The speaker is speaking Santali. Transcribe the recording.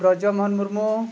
ᱨᱚᱡᱚ ᱢᱚᱦᱚᱱ ᱢᱩᱨᱢᱩ